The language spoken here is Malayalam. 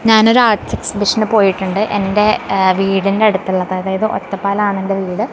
ഞാനൊരു ആർട്സ് എക്സിബിഷന് പോയിട്ടുണ്ട് എൻ്റെ വീടിൻ്റെ അടുത്തുള്ളത് അതായത് ഒറ്റപ്പാലമാണെൻറ്റെ വീട്